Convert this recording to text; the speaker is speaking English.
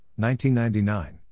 1999